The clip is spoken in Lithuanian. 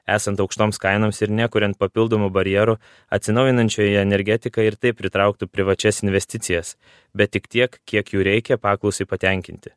esant aukštoms kainoms ir nekuriant papildomų barjerų atsinaujinančioji energetika ir taip pritrauktų privačias investicijas bet tik tiek kiek jų reikia paklausai patenkinti